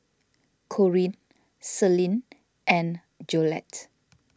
Corine Celine and Jolette